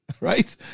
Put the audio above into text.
Right